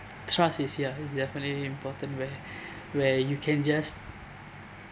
trust is here it's definitely important where where you can just